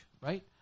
right